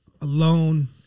alone